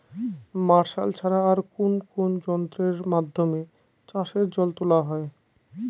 Martial ছাড়া আর কোন কোন যন্ত্রেরর মাধ্যমে চাষের জল তোলা হয়?